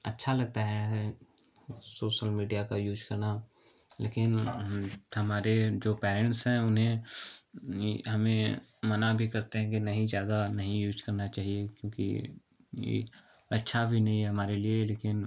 अच्छा लगता है है सोसल मीडिया का यूज करना लेकिन हमारे जो पैरेंट्स हैं उन्हें हमें मना भी करते हैं कि नहीं ज़्यादा नहीं यूज करना चाहिए क्योंकि यह अच्छा भी नहीं है हमारे लिए लेकिन